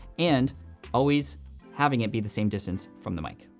and always having it be the same distance from the mic.